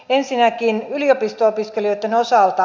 ensinnäkin yliopisto opiskelijoitten osalta